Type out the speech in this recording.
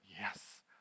yes